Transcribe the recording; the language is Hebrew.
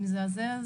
המטפלים,